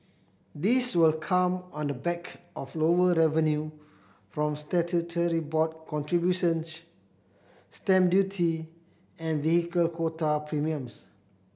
this will come on the back of lower revenue from statutory board contributions stamp duty and vehicle quota premiums